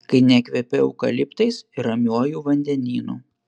kai nekvepia eukaliptais ir ramiuoju vandenynu